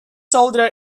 shoulder